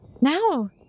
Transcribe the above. Now